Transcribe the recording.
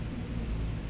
mm mm